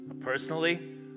Personally